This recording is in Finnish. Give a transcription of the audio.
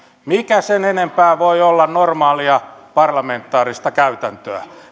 mikä sen enempää voi olla normaalia parlamentaarista käytäntöä